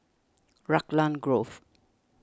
Raglan Grove